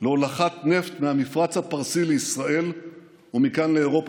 להולכת נפט מהמפרץ הפרסי לישראל ומכאן לאירופה.